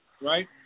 Right